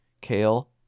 kale